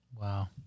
Wow